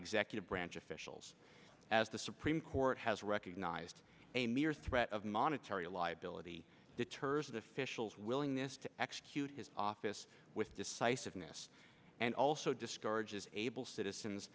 executive branch officials as the supreme court has recognized a mere threat of monetary liability deters officials willingness to execute his office with decisiveness and also discourages able citizens